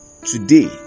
Today